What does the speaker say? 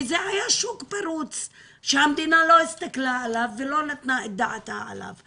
זה היה שוק פרוץ שהמדינה לא הסתכלה עליו ולא נתנה את דעתה עליו,